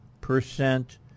percent